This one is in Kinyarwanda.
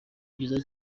byiza